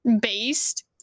based